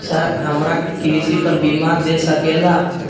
Sir हमरा के कृषि पर बीमा दे सके ला?